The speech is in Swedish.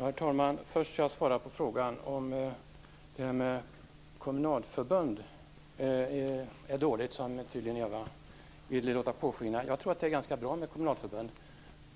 Herr talman! Först skall jag svara på frågan om detta med kommunalförbund är dåligt, som tydligen Eva Eriksson ville låta påskina. Jag tror att det är ganska bra med kommunalförbund,